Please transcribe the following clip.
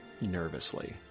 nervously